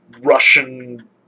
Russian